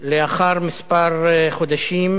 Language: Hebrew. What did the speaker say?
אח שלי,